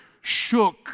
shook